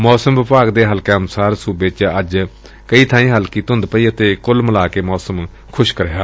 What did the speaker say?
ਮੌਸਮ ਵਿਭਾਗ ਦੇ ਹਲਕਿਆਂ ਅਨੁਸਾਰ ਸੁਬੇ ਚ ਅੱਜ ਕਈ ਥਾਈਂ ਹਲਕੀ ਧੁੰਦ ਪਈ ਅਤੇ ਕੁੱਲ ਮਿਲਾ ਕੇ ਮੌਸਮ ਖੁਸ਼ਕ ਰਿਹਾ